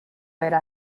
era